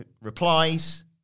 replies